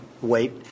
wait